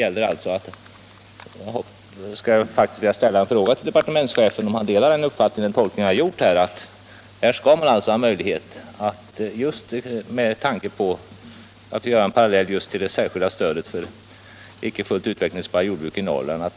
Jag vill ställa den frågan till departementschefen om han instämmer i den tolkning som jag gjort, innebärande att skärgårdsstödet blir en parallell till det särskilda stödet för icke fullt utvecklingsbara jordbruk i Norrland.